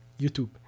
YouTube